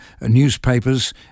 newspapers